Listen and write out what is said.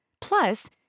Plus